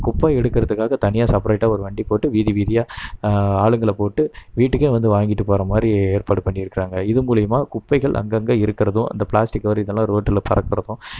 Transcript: குப்பை எடுக்கிறதுக்காக தனியாக செப்பரேட்டாக ஒரு வண்டி போட்டு வீதி வீதியாக ஆளுங்களைப் போட்டு வீட்டுக்கே வந்து வாங்கிட்டுப் போகிறமாரி ஏற்பாடு பண்ணியிருக்குறாங்க இது மூலயமா குப்பைகள் அங்கங்கே இருக்கிறதோ அந்த பிளாஸ்டிக் கவர் இதெல்லாம் ரோட்டில் பறக்கிறதும்